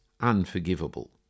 unforgivable